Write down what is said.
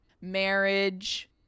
marriage